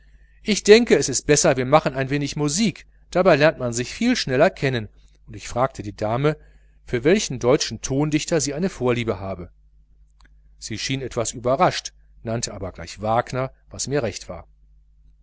ich denke es ist besser wir machen ein wenig musik dabei lernt man sich viel schneller kennen und ich fragte die dame für welchen deutschen komponisten sie sich interessiere sie schien etwas überrascht nannte aber gleich wagner was mir recht war